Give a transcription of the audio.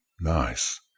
nice